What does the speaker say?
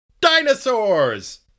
Dinosaurs